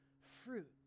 fruit